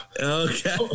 okay